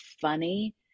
funny